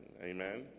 Amen